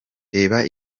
reba